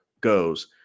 goes